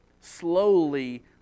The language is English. slowly